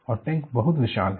और टैंक बहुत विशाल है